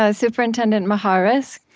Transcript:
ah superintendent mijares.